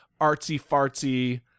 artsy-fartsy